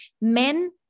men